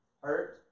Hurt